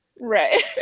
right